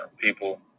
people